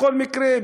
בכל מקרה,